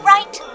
Right